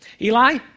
Eli